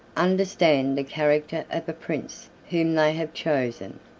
understand the character of a prince whom they have chosen.